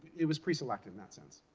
it was preselected in that sense.